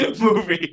movie